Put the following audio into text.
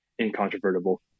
incontrovertible